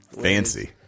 Fancy